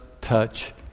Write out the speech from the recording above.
touch